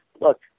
look